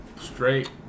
straight